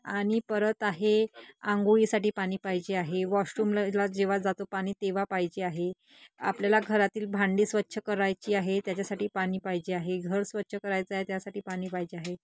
आणि परत आहे आंघोळीसाठी पाणी पाहिजे आहे वॉशरूमला जेव्हा जातो पाणी तेव्हा पाहिजे आहे आपल्याला घरातील भांडी स्वच्छ करायची आहे त्याच्यासाठी पाणी पाहिजे आहे घर स्वच्छ करायचं आहे त्यासाठी पाणी पाहिजे आहे